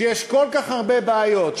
שיש כל כך הרבה בעיות,